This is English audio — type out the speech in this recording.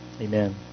Amen